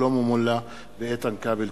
שלמה מולה ואיתן כבל.